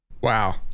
wow